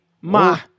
Ma